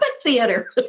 theater